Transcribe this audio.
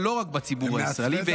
ולא רק בציבור הישראלי,